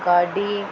गाॾी